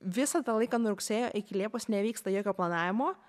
visą tą laiką nuo rugsėjo iki liepos nevyksta jokio planavimo